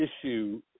issue